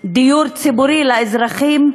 דיור ציבורי לאזרחים,